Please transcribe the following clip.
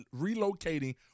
relocating